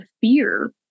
fear